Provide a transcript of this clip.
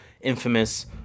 infamous